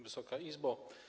Wysoka Izbo!